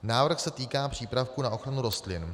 Návrh se týká přípravků na ochranu rostlin.